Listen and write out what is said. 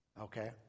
Okay